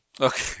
Okay